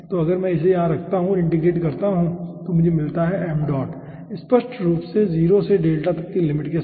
तो अगर मैं इसे यहां रखता हूं और इंटीग्रेशन करता हूं तो मुझे मिलता है स्पष्ट रूप से 0 से डेल्टा तक की लिमिट के साथ